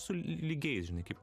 su lygiais žinai kaip